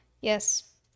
Yes